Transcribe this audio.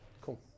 Cool